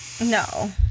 No